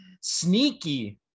sneaky